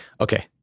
Okay